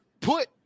Put